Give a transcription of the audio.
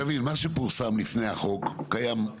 תבין שמה שפורסם לפני החוק קיים,